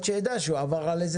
צריך להיות שידע שהוא עבר על איזה